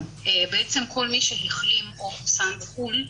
בעצם כל מי שהחלים או חוסן בחו"ל,